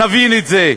נבין את זה.